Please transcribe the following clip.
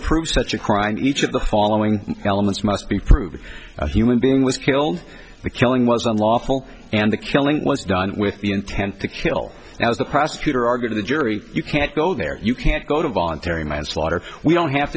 prove such a crime each of the following elements must be proven a human being was killed the killing was unlawful and the killing was done with the intent to kill as the prosecutor argue to the jury you can't go there you can't go to voluntary manslaughter we don't have